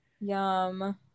yum